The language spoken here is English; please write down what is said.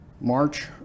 March